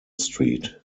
street